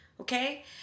okay